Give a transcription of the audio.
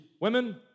women